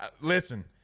Listen